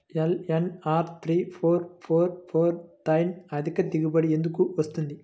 LNR three four four four nine అధిక దిగుబడి ఎందుకు వస్తుంది?